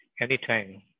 anytime